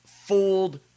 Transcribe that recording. fooled